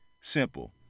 Simple